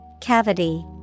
Cavity